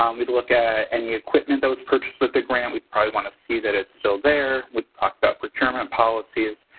um we'd look at any equipment that was purchased with the grant. we'd probably want to see that it's still there. we'd talk about procurement policies,